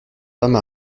femme